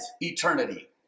eternity